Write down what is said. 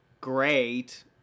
great